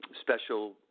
special